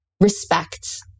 Respect